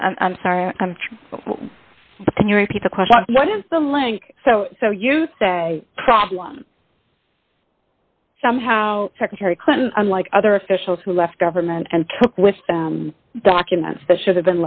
i'm sorry can you repeat the question what is the link so so you say problem somehow secretary clinton unlike other officials who left government and took with documents that should have